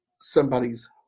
somebody's